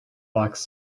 lacks